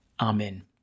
Amen